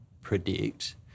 predict